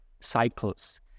cycles